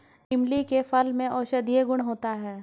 इमली के फल में औषधीय गुण होता है